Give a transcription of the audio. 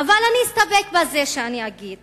אבל אני אסתפק בזה שאני אגיד